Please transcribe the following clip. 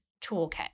toolkit